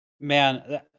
Man